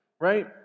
right